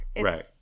Right